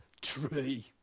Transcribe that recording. tree